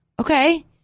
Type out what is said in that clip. okay